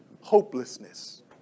hopelessness